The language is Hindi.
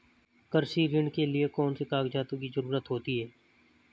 कृषि ऋण के लिऐ कौन से कागजातों की जरूरत होती है?